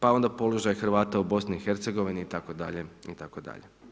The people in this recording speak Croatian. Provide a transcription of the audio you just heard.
Pa onda položaj Hrvata u BIH itd., itd.